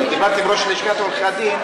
דיברתי עם ראש לשכת עורכי-הדין,